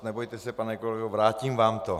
Nebojte se, pane kolego, vrátím vám to.